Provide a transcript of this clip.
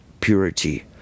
purity